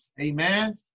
Amen